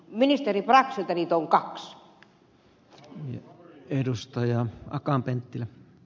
ministeri braxilta niitä on kaksi